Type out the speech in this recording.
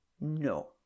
No